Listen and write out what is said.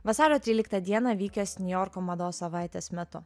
vasario tryliktą dieną vykęs niujorko mados savaitės metu